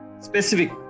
specific